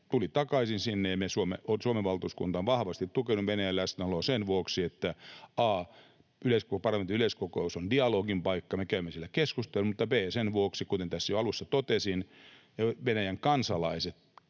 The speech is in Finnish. tuli takaisin sinne, ja Suomen valtuuskunta on vahvasti tukenut Venäjän läsnäoloa sen vuoksi, että a) parlamentaarinen yleiskokous on dialogin paikka, me käymme siellä keskusteluja, mutta b) sen vuoksi, kuten tässä jo alussa totesin, että Venäjän kansalaiset